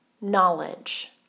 knowledge